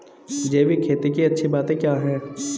जैविक खेती की अच्छी बातें क्या हैं?